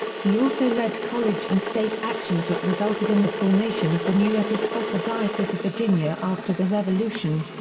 he also led college and state actions that resulted in the formation of the new episcopal diocese of virginia after the revolution.